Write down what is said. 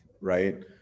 right